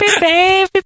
baby